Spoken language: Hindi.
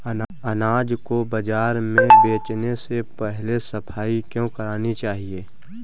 अनाज को बाजार में बेचने से पहले सफाई क्यो करानी चाहिए?